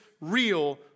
real